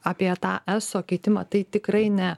apie tą eso keitimą tai tikrai ne